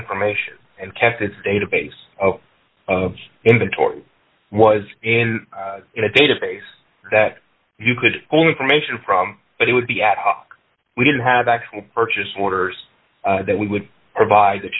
information and kept its database of inventory was in a database that you could only permission from but it would be ad hoc we didn't have actual purchase orders that we would provide that